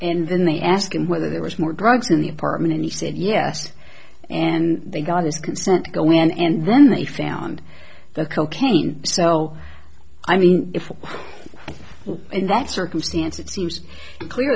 and then they asked him whether there was more drugs in the apartment and he said yes and they got his consent and then they found the cocaine so i mean if in that circumstance it seems clear